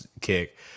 kick